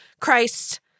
Christ